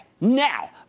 now